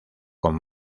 con